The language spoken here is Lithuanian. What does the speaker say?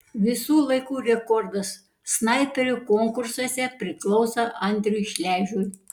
visų laikų rekordas snaiperių konkursuose priklauso andriui šležui